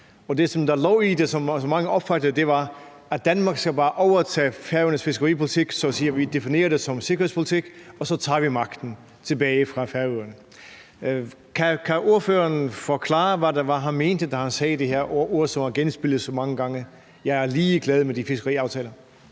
at der lå i det, var, at Danmark bare skal overtage Færøernes fiskeripolitik, definere det som sikkerhedspolitik og så tage magten tilbage fra Færøerne. Kan ordføreren forklare, hvad det var, han mente, da han sagde de her ord, som er blevet genafspillet så mange gange, om, at han er ligeglad med de fiskeriaftaler?